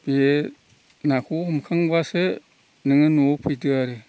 बे नाखौ हमखांब्लासो नोङो न'आव फैदो आरो